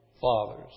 fathers